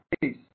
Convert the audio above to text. Peace